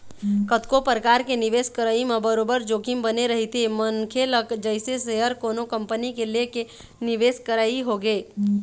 कतको परकार के निवेश करई म बरोबर जोखिम बने रहिथे मनखे ल जइसे सेयर कोनो कंपनी के लेके निवेश करई होगे